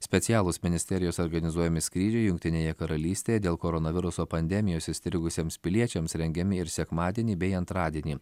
specialūs ministerijos organizuojami skrydžiai jungtinėje karalystėje dėl koronaviruso pandemijos įstrigusiems piliečiams rengiami ir sekmadienį bei antradienį